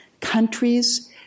countries